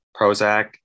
Prozac